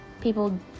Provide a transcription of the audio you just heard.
People